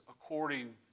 according